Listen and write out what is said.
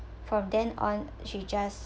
from then on she just